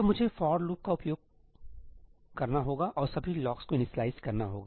तो मुझे for loop का उपयोग करना होगा और सभी लॉक्सको इनिशियलाइज़ करना होगा